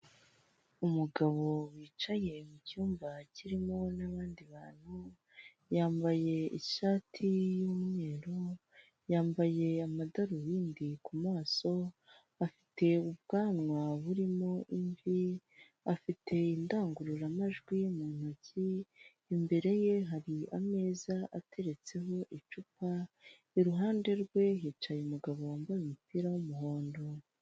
Umugabo wicaye mu cyumba kirimo n'abandi bantu yambaye ishati y'umweru, yambaye amadarubindi ku maso, afite ubwanwa burimo imvi, afite indangururamajwi mu ntoki, imbere ye hari ameza ateretseho icupa iruhande rwe ihcaye umugabo wambaye umupira w'umuhondo.